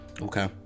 okay